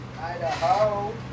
Idaho